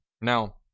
now